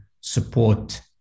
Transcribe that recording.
support